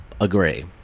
Agree